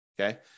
Okay